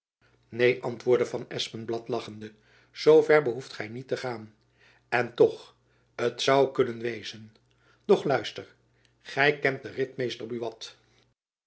neen antwoordde van espenblad lachende zoo ver behoeft gy niet te gaan en toch t zoû jacob van lennep elizabeth musch kunnen wezen doch luister gy kent den ritmeester buat